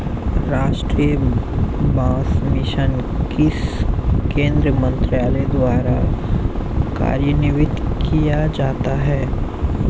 राष्ट्रीय बांस मिशन किस केंद्रीय मंत्रालय द्वारा कार्यान्वित किया जाता है?